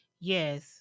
Yes